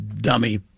dummy